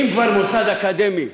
אם כבר מוסד אקדמי,